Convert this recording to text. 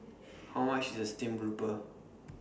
How much IS The Stream Grouper